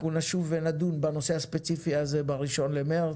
אנחנו נשוב ונדון בנושא הספציפי הזה בראשון למרץ,